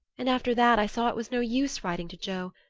and after that i saw it was no use writing to joe.